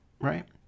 Right